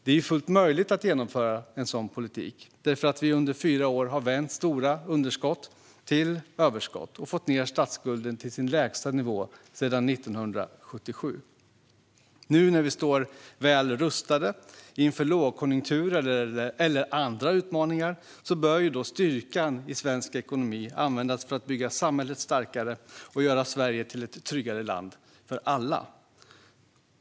Det är fullt möjligt att genomföra en sådan politik därför att vi under fyra år har vänt stora underskott till överskott och fått ned statsskulden till dess lägsta nivå sedan 1977. Nu när vi står väl rustade inför lågkonjunkturer eller andra utmaningar bör styrkan i svensk ekonomi användas för att bygga samhället starkare och göra Sverige till ett tryggare land för alla.